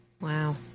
Wow